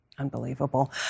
Unbelievable